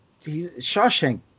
Shawshank